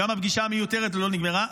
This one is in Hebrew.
-- גם הפגישה המיותרת לא נגמרה,